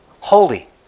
Holy